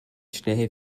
schnell